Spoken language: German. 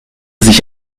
sich